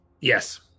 Yes